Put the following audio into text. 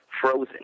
frozen